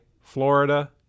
Florida